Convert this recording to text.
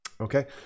Okay